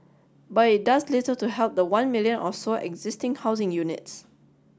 but it does little to help the one million or so existing housing units